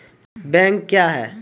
Bank क्या हैं?